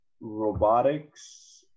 robotics